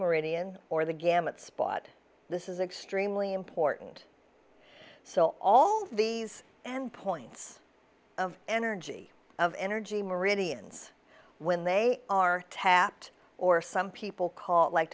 meridian or the gamut spot this is extremely important so all these and points of energy of energy meridians when they are tapped or some people call it like